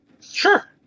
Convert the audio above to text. sure